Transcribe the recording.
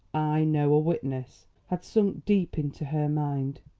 i know a witness, had sunk deep into her mind.